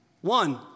One